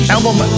Album